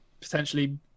potentially